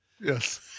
Yes